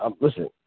Listen